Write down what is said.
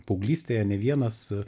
paauglystėje ne vienas